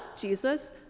Jesus